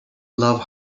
love